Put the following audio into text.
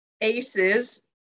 ACEs